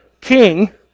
king